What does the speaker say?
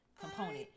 component